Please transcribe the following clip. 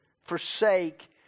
forsake